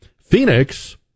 Phoenix